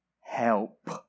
help